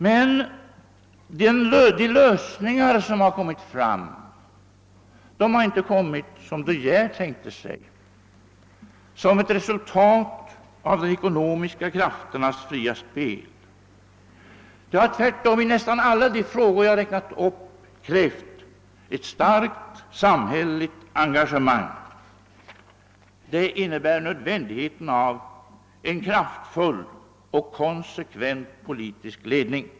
Men de lösningar, som har uppnåtts, har inte tillkommit på det sätt som De Geer tänkte sig — som ett resultat av de ekonomiska krafternas fria spel. Det har tvärtom under nästan alla de år jag räknat upp krävts ett starkt samhälleligt engagemang för att åstadkomma dessa lösningar.